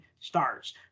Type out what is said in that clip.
stars